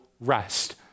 rest